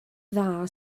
dda